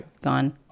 gone